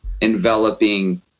enveloping